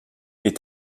est